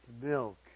milk